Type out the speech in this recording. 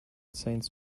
saints